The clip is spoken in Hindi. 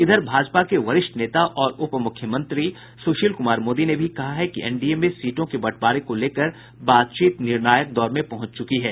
इधर भाजपा के वरिष्ठ नेता और उप मुख्यमंत्री सुशील कुमार मोदी ने भी कहा है कि एनडीए में सीटों के बंटवारे को लेकर बातचीत निर्णायक दौर में है